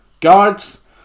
Guards